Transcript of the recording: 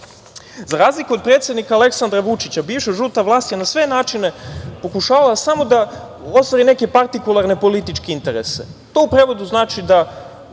razliku od predsednika Aleksandra Vučića, bivša žuta vlast je na sve načine pokušavala samo da ostvari neke partikularne političke interese. To u prevodu znači da